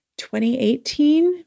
2018